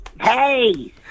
Hey